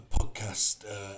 podcast